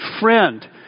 friend